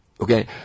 Okay